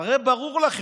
הרי ברור לכם,